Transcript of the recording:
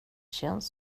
känns